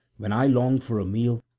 when i long for a meal,